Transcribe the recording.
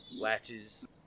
latches